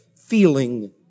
feeling